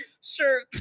Sure